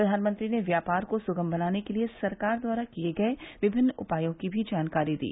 प्रधानमंत्री ने व्यापार को सुगम बनाने के लिए सरकार द्वारा किए गए विभिन्न उपायों की भी जानकारी दी